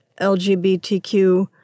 LGBTQ